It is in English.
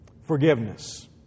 Forgiveness